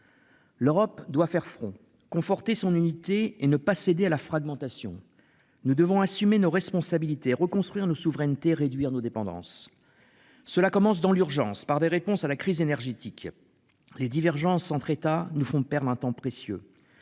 L'Europe doit faire front conforter son unité et ne pas céder à la fragmentation. Nous devons assumer nos responsabilités reconstruire nos souverainetés réduire nos dépendances. Cela commence dans l'urgence par des réponses à la crise énergétique. Les divergences entre États nous font perdre un temps précieux.